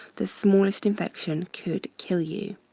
the smallest infection could kill you.